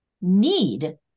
need